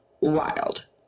wild